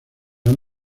han